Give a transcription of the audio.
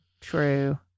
True